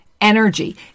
energy